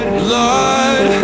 blood